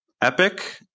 Epic